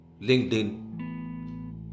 LinkedIn